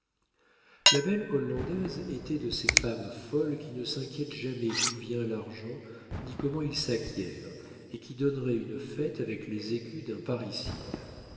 la belle hollandaise était de ces femmes folles qui ne s'inquiètent jamais d'où vient l'argent ni comment il s'acquiert et qui donneraient une fête avec les écus d'un parricide